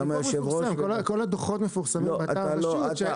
כל הדוחות מפורסמים באתר הרשות.